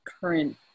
current